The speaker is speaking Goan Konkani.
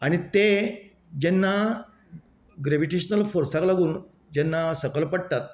आनी तें जेन्ना ग्रेविटेशनल फोर्साक लागून जेन्ना सकल पडटात